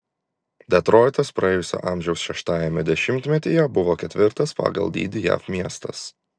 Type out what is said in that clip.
detroitas praėjusio amžiaus šeštajame dešimtmetyje buvo ketvirtas pagal dydį jav miestas